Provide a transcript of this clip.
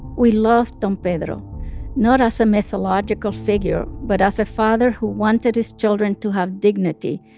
we loved don pedro not as a mythological figure but as a father who wanted his children to have dignity.